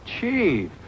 chief